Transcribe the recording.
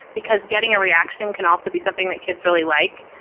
because getting a reaction can also be something that kids really like.